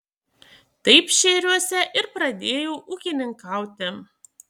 taip šėriuose ir pradėjau ūkininkauti